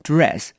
Dress